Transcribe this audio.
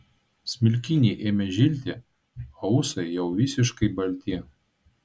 smilkiniai ėmė žilti o ūsai jau visiškai balti